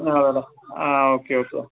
അഹ് അതാണ് ആ okay okay